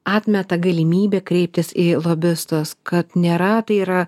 atmeta galimybę kreiptis į lobistus kad nėra tai yra